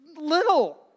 little